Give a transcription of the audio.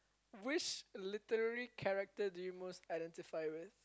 which literary character do you most identify with